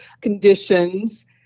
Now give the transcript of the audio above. conditions